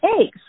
eggs